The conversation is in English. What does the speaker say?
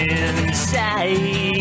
inside